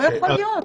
לא יכול להיות.